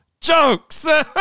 jokes